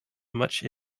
much